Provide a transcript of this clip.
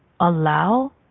allow